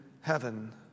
heaven